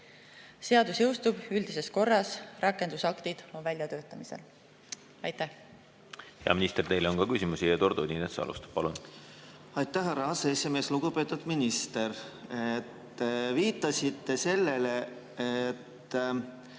Seadus jõustub üldises korras. Rakendusaktid on väljatöötamisel. Aitäh! Hea minister, teile on ka küsimusi. Eduard Odinets alustab. Palun! Aitäh, härra aseesimees! Lugupeetud minister! Te viitasite sellele, et